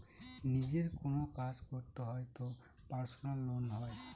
নিজের কোনো কাজ করতে হয় তো পার্সোনাল লোন হয়